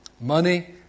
Money